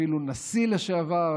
אפילו נשיא לשעבר,